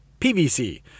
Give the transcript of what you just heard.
PVC